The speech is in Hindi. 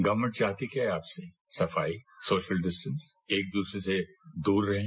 गर्वमेंट चाहती क्या है आपसे सफाई सोशल डिस्टेंस एक दूसरे से दूर रहें